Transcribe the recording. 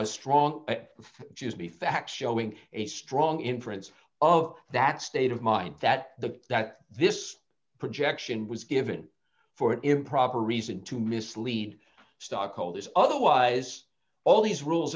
facts showing a strong inference of that state of mind that the that this projection was given for an improper reason to mislead stockholders otherwise all these rules